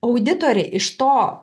auditorė iš to